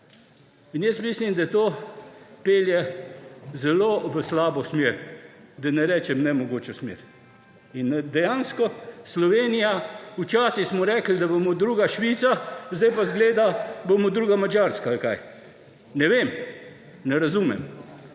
ne. Jaz mislim, da to pelje zelo v slabo smer, da ne rečem nemogočo smer. in dejansko, Slovenija, Včasih smo rekli, da bo Slovenija druga Švica, zdaj pa izgleda, da bomo druga Madžarska. Ne vem. Ne vem.